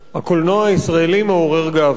הקולנוע הישראלי מעורר גאווה.